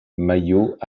maillot